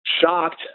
shocked